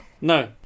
No